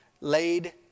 laid